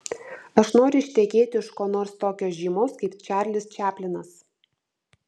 aš noriu ištekėti už ko nors tokio žymaus kaip čarlis čaplinas